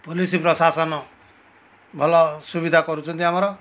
police ପ୍ରଶାସନ ଭଲ ସୁବିଧା କରୁଛନ୍ତି ଆମର